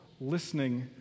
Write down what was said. listening